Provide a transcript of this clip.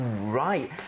right